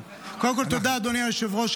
אדוני היושב-ראש,